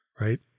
Right